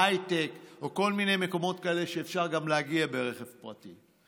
הייטק או כל מיני מקומות כאלה שאפשר גם להגיע אליהם ברכב פרטי.